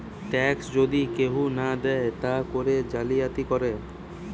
tax যদি কেহু না দেয় তা করে জালিয়াতি করে